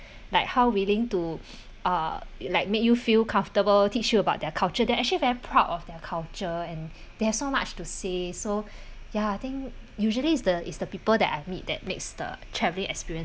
like how willing to uh like make you feel comfortable teach you about their culture they actually very proud of their culture and they have so much to say so ya I think usually is the is the people that I meet that makes the travelling experience